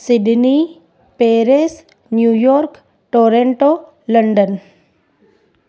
Sydney Paris New York Toronto London